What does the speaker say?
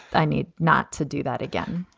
they need not to do that again.